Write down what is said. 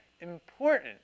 important